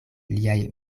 liaj